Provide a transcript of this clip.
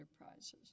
enterprises